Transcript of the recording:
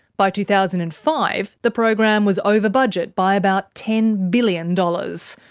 by two thousand and five, the program was over budget by about ten billion dollars.